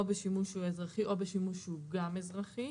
בשימוש שהוא אזרחי או בשימוש שהוא גם אזרחי,